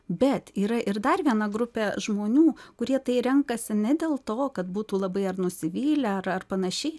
bet yra ir dar viena grupė žmonių kurie tai renkasi ne dėl to kad būtų labai ar nusivylę ar ar panašiai